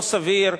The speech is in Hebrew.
לא סביר,